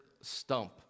stump